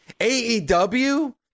AEW